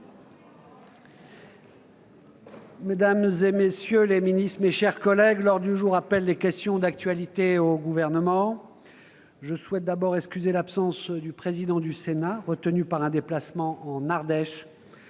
Mesdames, messieurs les ministres, mes chers collègues, l'ordre du jour appelle les réponses à des questions d'actualité au Gouvernement. Je souhaite tout d'abord excuser l'absence de M. le président du Sénat, retenu par un déplacement en Ardèche.